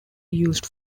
used